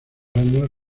años